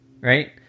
right